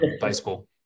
baseball